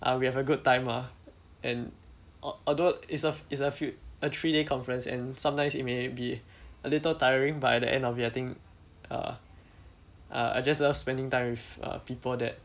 uh we have a good time ah and al~ although it's a it's a few a three-day conference and sometimes it may be a little tiring but at the end of it I think uh uh I just love spending time with uh people that